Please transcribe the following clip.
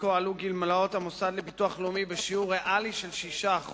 עלו גמלאות המוסד לביטוח לאומי בשיעור ריאלי של 6%,